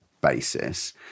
basis